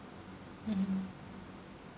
mmhmm